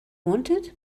wanted